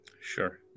Sure